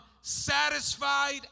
satisfied